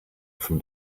from